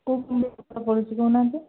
କେଉଁ କମ୍ପାନୀର ଭଲ ପଡ଼ୁଛି କହୁନାହାଁନ୍ତି